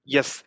Yes